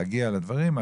מצליח להגיע פחות לדברים,